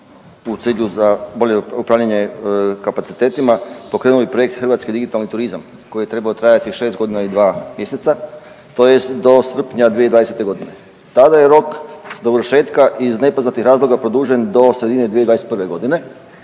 u cilju za bolje upravljanje kapacitetima pokrenuli projekt hrvatski digitalni turizam koji je trebao trajati šest godina i dva mjeseca, tj. do srpnja 2020.g. Tada je rok dovršetka iz nepoznatih razloga produžen do sredine 2021.g.,